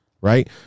right